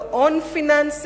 גאון פיננסי,